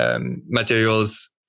materials